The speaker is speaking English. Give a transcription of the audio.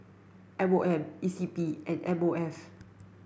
M O M E C P and M O F